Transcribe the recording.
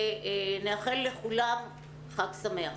ונאחל לכולם חג שמח.